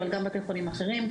אבל גם בתי החולים האחרים,